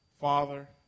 Father